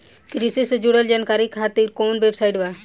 कृषि से जुड़ल जानकारी खातिर कोवन वेबसाइट बा?